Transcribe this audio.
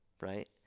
right